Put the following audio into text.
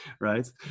right